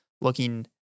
looking